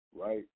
right